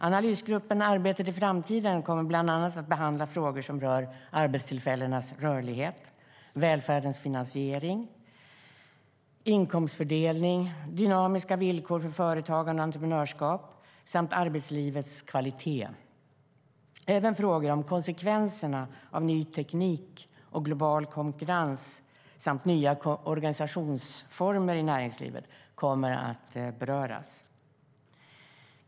Analysgruppen Arbetet i framtiden kommer bland annat att behandla frågor som rör arbetstillfällenas rörlighet, välfärdens finansiering, inkomstfördelning, dynamiska villkor för företagande och entreprenörskap samt arbetslivets kvalitet. Även frågor om konsekvenserna av ny teknik, global konkurrens och nya organisationsformer i näringslivet kommer att beröras.